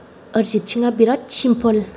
अरजित सिङा बिरात सिम्पोल